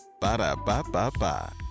Ba-da-ba-ba-ba